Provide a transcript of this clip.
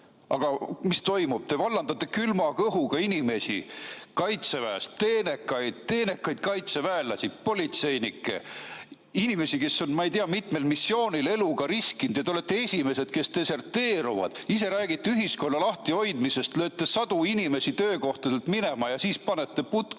Aga mis toimub? Te vallandate külma kõhuga inimesi Kaitseväest, teenekaid kaitseväelasi, politseinikke, inimesi, kes on, ma ei tea, mitmel missioonil eluga riskinud, ja te olete esimesed, kes deserteeruvad. Ise räägite ühiskonna lahti hoidmisest, lööte sadu inimesi töökohtadelt minema – ja siis panete